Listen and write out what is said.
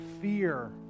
fear